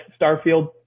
Starfield